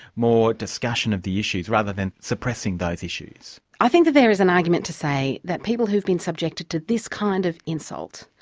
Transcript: more discussion of the issues, rather than suppressing those issues? i think that there is an argument to say that people who've been subjected to this kind of insult,